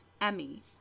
Emmy